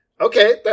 Okay